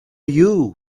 you